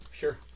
Sure